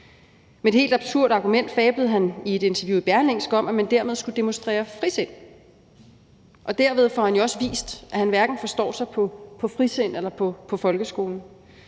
Med et helt absurd argument fablede han i et interview i Berlingske om, at man dermed skulle demonstrere frisind, og derved får han jo også vist, at han hverken forstår sig på frisind eller på folkeskolen.